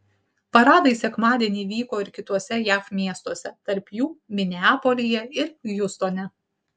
paradai sekmadienį vyko ir kituose jav miestuose tarp jų mineapolyje ir hjustone